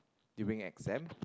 during exam